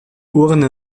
urne